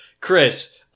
Chris